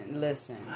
listen